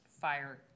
fire